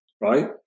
right